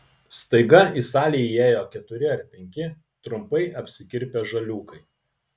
staiga į salę įėjo keturi ar penki trumpai apsikirpę žaliūkai